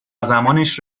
زمانش